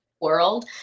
world